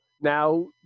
Now –